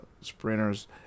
sprinters